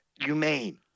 humane